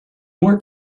more